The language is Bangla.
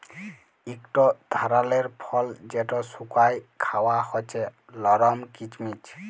ইকট ধারালের ফল যেট শুকাঁয় খাউয়া হছে লরম কিচমিচ